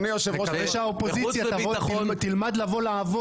נקווה שהאופוזיציה תלמד לבוא לעבוד